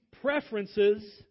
preferences